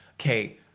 okay